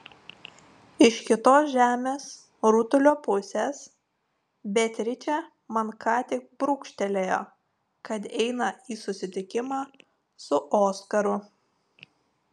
iš kitos žemės rutulio pusės beatričė man ką tik brūkštelėjo kad eina į susitikimą su oskaru